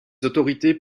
autorités